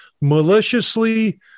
maliciously